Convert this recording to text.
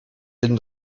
bin